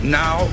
now